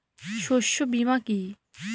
শস্য বীমা কি?